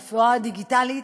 רפואה דיגיטלית,